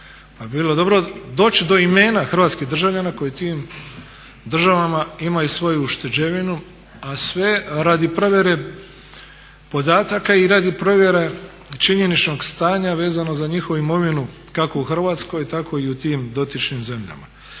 bi dobro doći do imena hrvatskih državljana koji u tim državama imaju svoju ušteđevinu, a sve radi provjere podataka i radi provjere činjeničnog stanja vezano za njihovu imovinu, kako u Hrvatskoj tako i u tim dotičnim zemljama.